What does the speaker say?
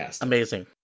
amazing